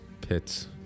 pits